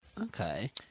Okay